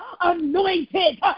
anointed